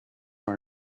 our